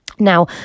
Now